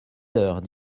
heures